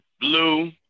Blue